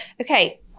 Okay